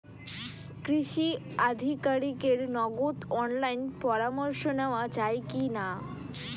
কৃষি আধিকারিকের নগদ অনলাইন পরামর্শ নেওয়া যায় কি না?